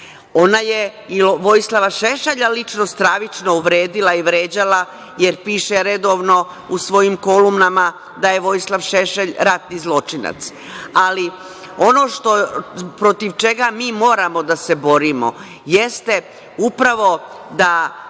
Ona je i Vojislava Šešelja lično stravično uvredila i vređala, jer piše redovno u svojim kolumnama da je Vojislav Šešelj ratni zločinac. Ali, ono protiv čega mi moramo da se borimo jeste upravo da